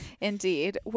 Indeed